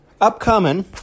upcoming